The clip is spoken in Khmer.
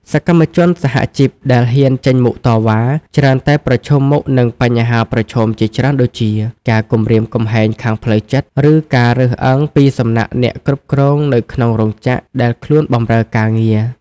សកម្មជនសហជីពដែលហ៊ានចេញមុខតវ៉ា ច្រើនតែប្រឈមមុខនឹងបញ្ហាប្រឈមជាច្រើនដូចជា ការគំរាមកំហែងខាងផ្លូវចិត្ត ឬការរើសអើងពីសំណាក់អ្នកគ្រប់គ្រងនៅក្នុងរោងចក្រដែលខ្លួនបម្រើការងារ។